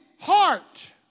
heart